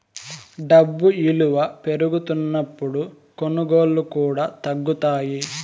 డబ్బు ఇలువ పెరుగుతున్నప్పుడు కొనుగోళ్ళు కూడా తగ్గుతాయి